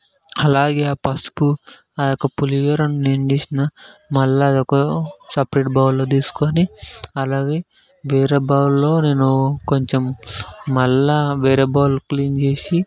అలాగే ఆ పసుపు ఆ యొక్క పులిహోర నేనేమి చేసాను మళ్ళీ ఒక సపరేట్ బౌల్లో తీసుకొని అలాగే వేరే బౌల్లో నేను కొంచెం మళ్ళీ వేరే బౌల్ క్లీన్ చేసి